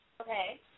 Okay